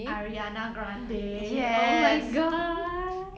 ariana grande oh my god